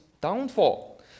downfall